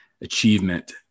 achievement